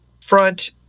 front